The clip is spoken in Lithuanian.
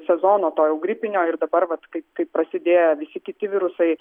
sezono to jau gripinio ir dabar vat kai kai prasidėjo visi kiti virusai